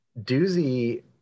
Doozy